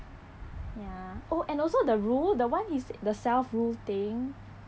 ya oh and also the rule the one he said the self rule thing